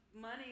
money